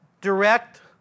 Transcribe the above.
direct